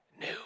new